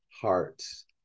hearts